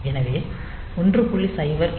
எனவே 1